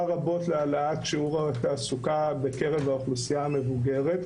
רבות להעלאת שיעור התעסוקה בקרב האוכלוסייה המבוגרת.